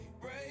break